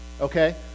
okay